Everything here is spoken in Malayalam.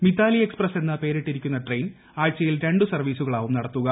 മിതാലി എക്സ്പ്രസ് എന്ന് പേരിട്ടിരിക്കുന്ന ട്രെയിൻ ആഴ്ചയിൽ രണ്ടു സർവ്വീസുകളാവും നടത്തുക